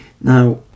Now